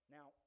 Now